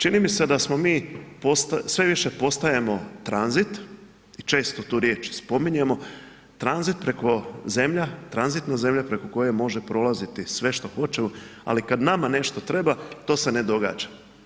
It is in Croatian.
Čini mi se da smo mi, sve više postajemo tranzit i često tu riječ spominjemo, tranzit preko zemlja, tranzitna zemlja preko koje može prolaziti sve što hoćemo, ali kad nama nešto treba to se ne događa.